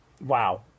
Wow